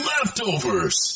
Leftovers